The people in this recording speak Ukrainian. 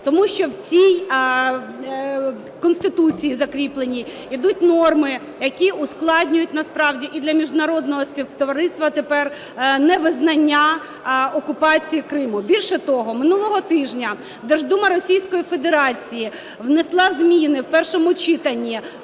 Тому що в цій Конституції, закріпленій, йдуть норми, які ускладнюють насправді і для міжнародного співтовариства тепер невизнання окупації Криму. Більше того, минулого тижня Держдума Російської Федерації внесла зміни в першому читанні